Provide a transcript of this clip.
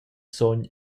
sogn